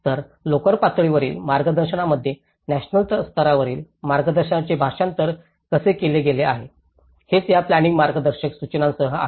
तर लोकल पातळीवरील मार्गदर्शनामध्ये नॅशनल स्तरावरील मार्गदर्शनाचे भाषांतर कसे केले गेले आहे हेच या प्लांनिंग मार्गदर्शक सूचनांसह आहे